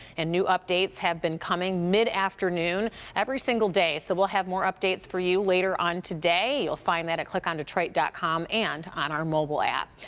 and new updates have been coming mid-afternoon every single day. so we'll have more updates for you later on today. you will find that at clickondetroit dot com and on our mobile app.